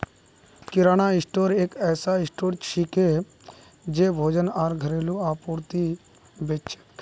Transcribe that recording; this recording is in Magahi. किराना स्टोर एक ऐसा स्टोर छिके जे भोजन आर घरेलू आपूर्ति बेच छेक